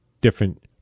different